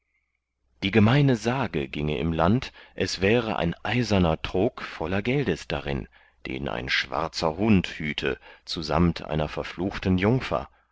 die gemeine sage gienge im land es wäre ein eiserner trog voller geldes darin den ein schwarzer hund hüte zusamt einer verfluchten jungfer